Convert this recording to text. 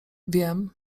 wiem